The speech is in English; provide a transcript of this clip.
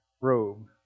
robe